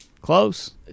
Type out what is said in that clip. Close